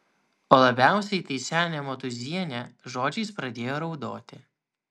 o labiausiai tai senė motūzienė žodžiais pradėjo raudoti